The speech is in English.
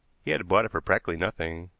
he had bought it for practically nothing,